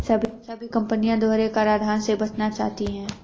सभी कंपनी दोहरे कराधान से बचना चाहती है